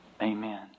Amen